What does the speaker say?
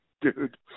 dude